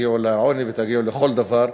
תגיעו לעוני ותגיעו לכל דבר,